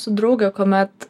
su drauge kuomet